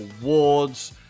Awards